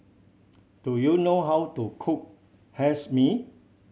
do you know how to cook hae mee